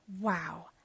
Wow